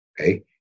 Okay